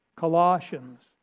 Colossians